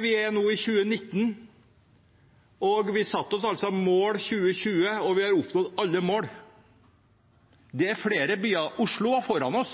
Vi er nå i 2019, og vi satte oss mål for 2020, og vi har nådd alle målene. Dette gjelder flere byer. Oslo var foran oss.